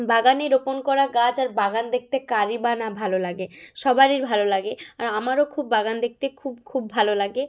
বাগানে রোপণ করা গাছ আর বাগান দেখতে কারই বা না ভালো লাগে সবারই ভালো লাগে আর আমারও খুব বাগান দেখতে খুব খুব ভালো লাগে